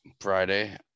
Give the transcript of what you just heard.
Friday